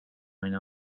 mijn